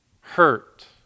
hurt